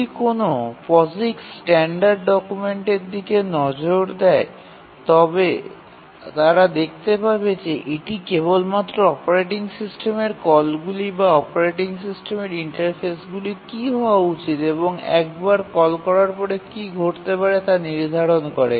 যদি কোনও POSIX standard ডকুমেন্টের দিকে নজর দেয় তবে তারা দেখতে পাবে যে এটি কেবলমাত্র অপারেটিং সিস্টেমের কলগুলি বা অপারেটিং সিস্টেমের ইন্টারফেসগুলি কী হওয়া উচিত এবং একবার কল করার পরে কী ঘটতে হবে তা নির্ধারণ করে